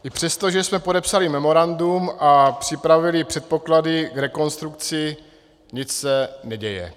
I přesto, že jsme podepsali memorandum a připravili předpoklady k rekonstrukci, nic se neděje.